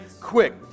quick